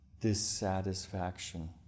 dissatisfaction